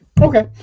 Okay